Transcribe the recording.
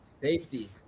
safety